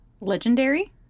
Legendary